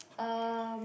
um